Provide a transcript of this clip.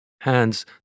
hands